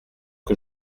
que